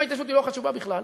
אם ההתיישבות לא חשובה בכלל,